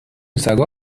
سگا